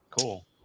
Cool